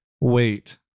wait